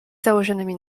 założonymi